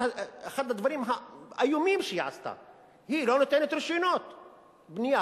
אחד הדברים האיומים שהיא עשתה הוא שהיא לא נותנת רשיונות בנייה.